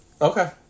Okay